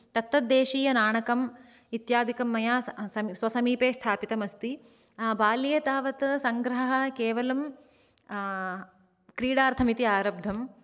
तत्तद्देशीयनाणकम् इत्यादिकं मया स्वसमीपे स्थापितम् अस्ति बाल्ये तावत् सङ्ग्रहः केवलं क्रीडार्थम् इति आरब्धम्